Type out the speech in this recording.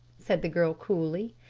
said the girl coolly.